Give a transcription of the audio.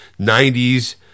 90s